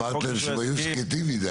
אמרתי להם שלא יהיו שקטים מידי.